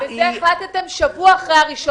זה החלטתם שבוע אחרי ה-1